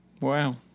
Wow